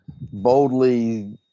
boldly